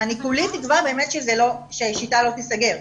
אני כולי תקווה ש'שיטה' לא תיסגר.